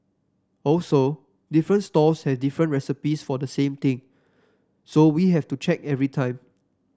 also different stalls have different recipes for the same thing so we have to check every time